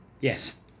Yes